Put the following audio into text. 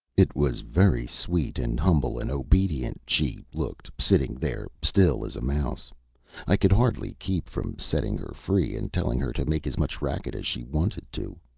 it was very sweet and humble and obedient she looked, sitting there, still as a mouse i could hardly keep from setting her free and telling her to make as much racket as she wanted to.